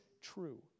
true